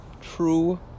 true